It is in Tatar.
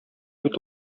бит